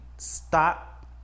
Stop